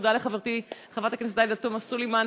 תודה לחברתי חברת הכנסת עאידה תומא סלימאן,